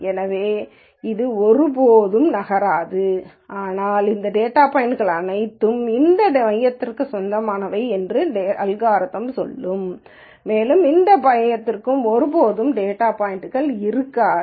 எனவே இது ஒருபோதும் நகராது ஆனால் இந்த டேட்டா பாய்ன்ட்கள் அனைத்தும் இந்த மையத்திற்கு சொந்தமானது என்று அல்காரிதம் சொல்லும் மேலும் இந்த மையத்திற்கு ஒருபோதும் டேட்டா பாய்ன்ட்கள் இருக்காது